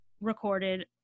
recorded